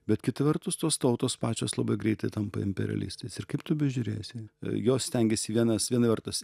bet kita vertus tos tautos pačios labai greitai tampa imperialistais ir kaip tu bežiūrėsi jos stengiasi vienas viena vertus